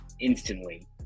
instantly